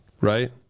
right